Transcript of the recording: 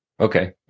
Okay